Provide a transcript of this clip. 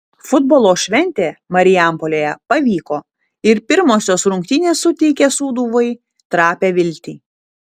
futbolo šventė marijampolėje pavyko ir pirmosios rungtynės suteikia sūduvai trapią viltį